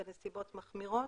רצח בנסיבות מחמירות,